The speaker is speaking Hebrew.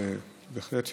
בהחלט,